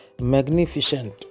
Magnificent